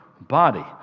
body